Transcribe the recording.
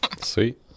Sweet